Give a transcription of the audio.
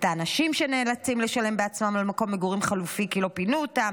את האנשים שנאלצים לשלם בעצמם על מקום מגורים חלופי כי לא פינו אותם,